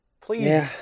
Please